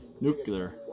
nuclear